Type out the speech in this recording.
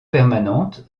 permanente